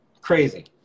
Crazy